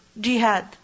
Jihad